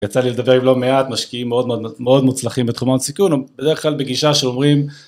יצא לי לדבר עם לו מעט משקיעים מאוד מאוד מוצלחים בתחומות סיכון, בדרך כלל בגישה שאומרים